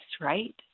right